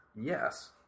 Yes